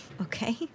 Okay